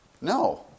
No